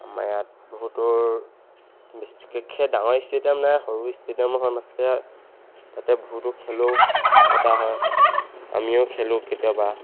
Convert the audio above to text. আমাৰ ইয়াত বহুতো বিশেষকৈ ডাঙৰ ষ্টেডিয়াম নাই সৰু ষ্টেডিয়াম এখন আছে তাতে বহুতো খেলো পতা হয় আমিও খেলোঁ কেতিয়াবা